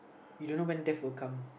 you don't know when death will come